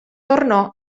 tornò